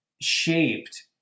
shaped